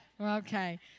Okay